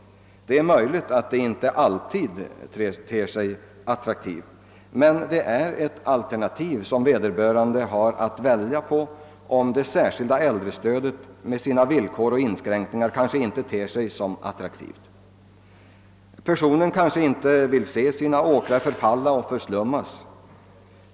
Ja, det är möjligt att stödet inte alltid ter sig attraktivt, men det är ett alternativ som vederbörande har att välja om det särskilda äldrestödet med sina villkor och inskränkningar inte förefaller tilltalande. Personen i fråga kanske inte vill se sina åkrar läggas för fäfot.